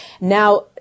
Now